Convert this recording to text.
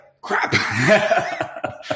crap